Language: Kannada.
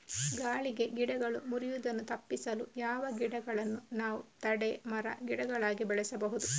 ಗಾಳಿಗೆ ಗಿಡಗಳು ಮುರಿಯುದನ್ನು ತಪಿಸಲು ಯಾವ ಗಿಡಗಳನ್ನು ನಾವು ತಡೆ ಮರ, ಗಿಡಗಳಾಗಿ ಬೆಳಸಬಹುದು?